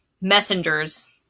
messengers